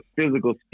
physical